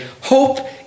Hope